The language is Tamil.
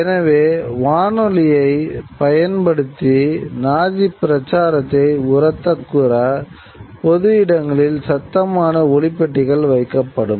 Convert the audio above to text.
எனவே வானொலியைப் பயன்படுத்தி நாஜி பிரச்சாரத்தை உரத்து கூற பொது இடங்களில் சத்தமான ஒலிப்பெட்டிகள் வைக்கப்படும்